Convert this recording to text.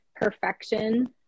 perfection